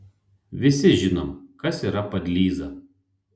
visi žinom kas yra padlyza